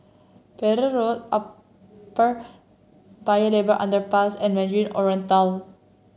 Pereira Road Upper Paya Lebar Underpass and Mandarin Oriental